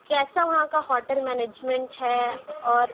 کیسا وہاں کا ہوٹل مینجمنٹ ہے اور